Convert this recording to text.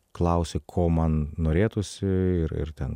klausė ko man norėtųsi ir ir ten